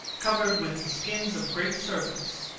covered with the skins of great serpents,